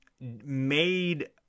made